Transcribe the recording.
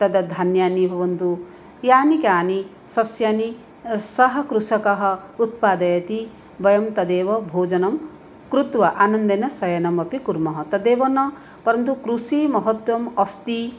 तद् धान्यानि भवन्तु यानि कानि सस्यानि सः कृषकः उत्पादयति वयं तदेव भोजनं कृत्वा आनन्देन शयनम् अपि कुर्मः तदेव न परन्तु कृषिमहत्त्वम् अस्ति